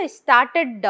started